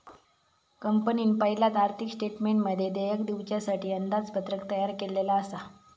कंपनीन पयलाच आर्थिक स्टेटमेंटमध्ये देयक दिवच्यासाठी अंदाजपत्रक तयार केल्लला आसा